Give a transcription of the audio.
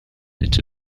into